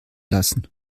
lassen